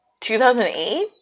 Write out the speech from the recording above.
2008